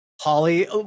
Holly